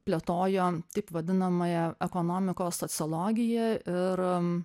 plėtojo taip vadinamąją ekonomikos sociologiją ir